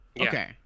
okay